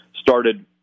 started